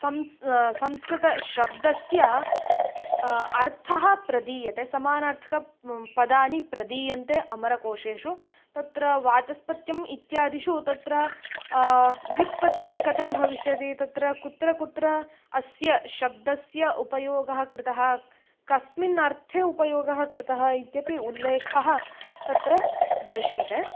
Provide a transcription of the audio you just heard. संस् संस्कृतशब्दस्य अर्थः प्रदीयते समानार्थक पदानि प्रदीयन्ते अमरकोषेषु तत्र वाचस्पत्यम् इत्यादिषु तत्र व्युत्पत्तिः कथं भविष्यति तत्र कुत्र कुत्र अस्य शब्दस्य उपयोगः कृतः कस्मिन् अर्थे उपयोगः कृतः इत्यपि उल्लेखः तत्र दृश्यते